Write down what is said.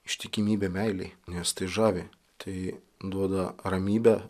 ištikimybė meilei nes tai žavi tai duoda ramybę